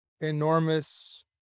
enormous